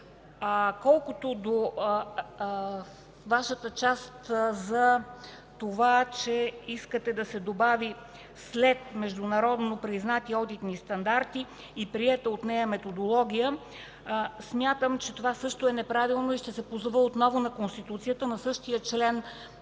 от изказването Ви – за това, че искате да се добави след „международно признати одитни стандарти” – „и приета от нея методология” – смятам, че това също е неправилно и ще се позова отново на Конституцията, на същия чл.